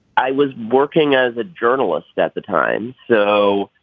i was working as a journalist at the time so